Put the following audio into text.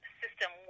system